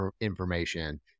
information